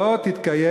"לא יוגשו,